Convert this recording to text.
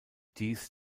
dies